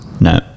no